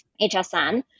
HSN